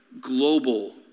global